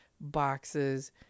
boxes